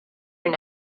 your